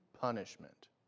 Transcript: punishment